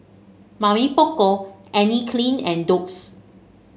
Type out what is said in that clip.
Mamy Poko Anne Klein and Doux